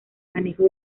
manejo